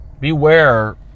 Beware